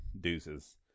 Deuces